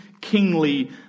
kingly